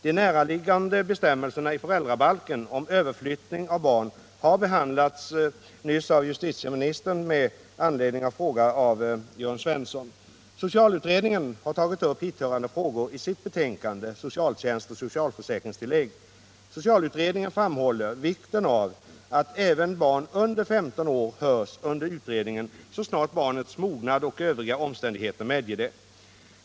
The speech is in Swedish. De näraliggande bestämmelserna i föräldrabalken om överflyttning av barn har behandlats nyss av justitieministern med anledning av en fråga av Jörn Svensson . Socialutredningen har tagit upp hithörande frågor i sitt betänkande Socialtjänst och socialförsäkringstillägg. Socialutredningen framhåller vikten av att även barn under 15 år hörs under utredningen så snart barnets mognad och övriga omständigheter medger det.